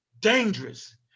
dangerous